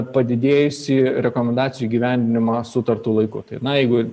padidėjusį rekomendacijų įgyvendinimą sutartu laiku tai na jeigu